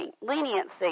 leniency